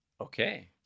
Okay